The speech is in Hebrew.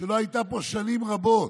שלא הייתה פה שנים רבות,